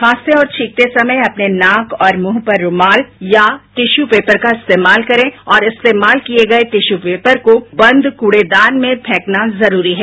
खांसते और छींकते समय अपने नाक और मुंह पर रूमाल या टिश्यू पेपर का इस्तेमाल करें और इस्तेमाल किये गये टिश्यू पेपर को बंद कूड़ेदान में फेंकना जरूरी है